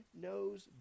knows